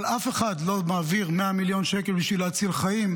אבל אף אחד לא מעביר 100 מיליון שקל בשביל להציל חיים,